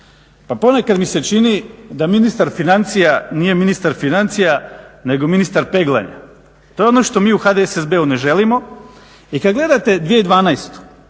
Pa ponekad mi se čini da ministar financija nije ministar financija nego ministar peglanja. To je ono što mi u HDSSB-u ne želimo. I kad gledate 2012.